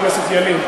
חבר הכנסת ילין.